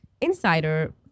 insider